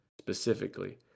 specifically